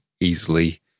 easily